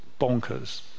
bonkers